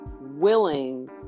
willing